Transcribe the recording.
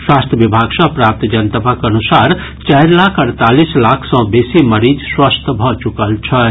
स्वास्थ्य विभाग सँ प्राप्त जनतबक अनुसार चारि लाख अड़तालीस लाख सँ बेसी मरीज स्वस्थ भऽ चुकल छथि